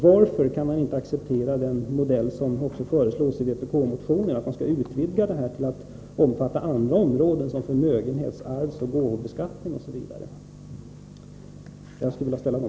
Varför kan man inte acceptera den modell som föreslås i vpk-motionen, en utvidgning till andra områden, som förmögenhets-, arvsoch gåvobeskattningen?